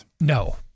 No